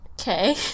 Okay